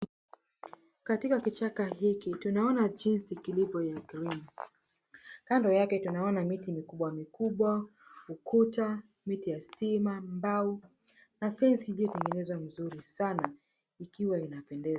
Katika kichaka hiki tunaona jinsi kilivyo ya green . Kando yake tunaona miti mikubwa mikubwa, ukuta, miti ya stima, mbao na fensi iliyotengenezwa mzuri sana ikiwa inapendeza.